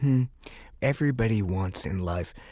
everybody wants, in life,